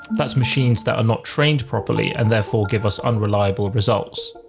that's machines that are not trained properly, and therefore give us unreliable results.